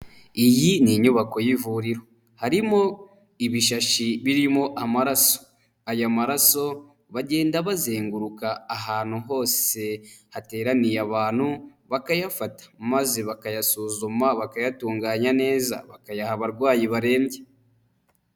Iyi ni inyubako y'ivuriro, harimo ibishashi birimo amaraso. Aya maraso bagenda bazenguruka ahantu hose hateraniye abantu bakayafata maze bakayasuzuma, bakayatunganya neza bakayaha abarwayi barembye.